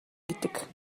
гэдэг